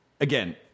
Again